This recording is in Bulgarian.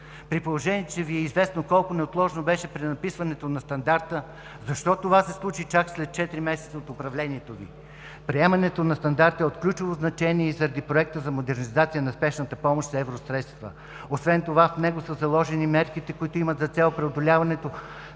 При положение че Ви е известно колко неотложно беше пренаписването на стандарта, защо това се случи чак след четири месеца от управлението Ви? Приемането на стандарта е от ключово значение и заради Проекта за модернизация на спешната помощ с евро средствата. Освен това в него са заложени мерките, които имат за цел преодоляването